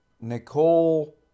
Nicole